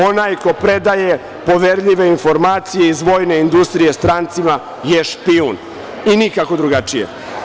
Onaj ko predaje poverljive informacije iz vojne industrije strancima je špijun i nikako drugačije.